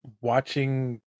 watching